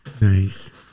nice